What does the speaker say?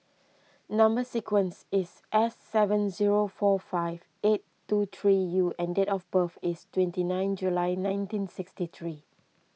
Number Sequence is S seven zero four five eight two three U and date of birth is twenty nine July nineteen sixty three